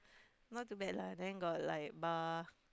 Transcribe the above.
not too bad lah then got like bar